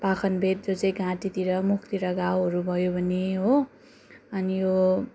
पाखनबेत जो चाहिँ घाँटीतिर मुखतिर घाउहरू भयो भने हो अनि यो